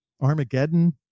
Armageddon